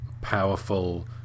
powerful